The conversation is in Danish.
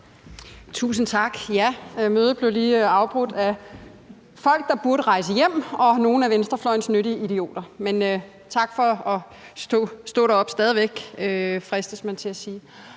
Tusind tak. Mødet blev lige afbrudt af folk, der burde rejse hjem, og nogle af venstrefløjens nyttige idioter. Tak for at stå deroppe stadig væk, fristes man til at sige.